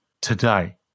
today